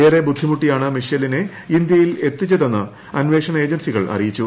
ഏറെ ബുദ്ധിമുട്ടിയാണ് മിഷേലിനെ ഇന്ത്യയിൽ എത്തിച്ചതെന്ന് അന്വേഷണ ഏജൻസികൾ ൂഅറിയിച്ചു